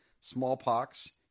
smallpox